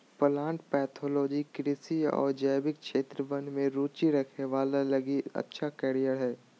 plant pathology कृषि आऊ जैविक क्षेत्र वन में रुचि रखे वाला लगी अच्छा कैरियर हइ